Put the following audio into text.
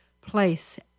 place